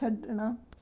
ਛੱਡਣਾ